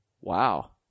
Wow